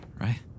right